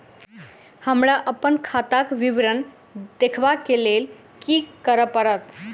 हमरा अप्पन खाताक विवरण देखबा लेल की करऽ पड़त?